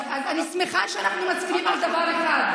אני שמחה שאנחנו מסכימים על דבר אחד.